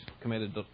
committed